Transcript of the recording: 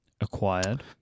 acquired